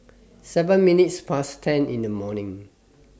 seven minutes Past ten in The morning